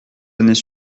années